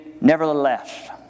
nevertheless